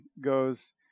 goes